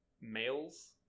males